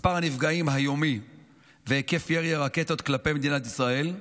מספר הנפגעים היומי והיקף ירי הרקטות כלפי מדינת ישראל,